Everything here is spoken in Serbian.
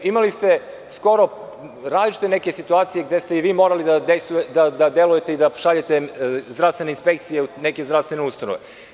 Imali ste skoro različite neke situacije gde ste i vi morali da delujete i da šaljete zdravstvene inspekcije u neke zdravstvene ustanove.